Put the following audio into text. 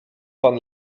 pan